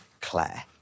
Claire